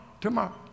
tomorrow